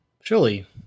Surely